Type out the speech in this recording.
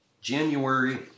January